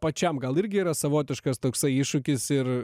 pačiam gal irgi yra savotiškas toksai iššūkis ir